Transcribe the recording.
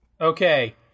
Okay